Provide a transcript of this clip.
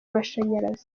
mashanyarazi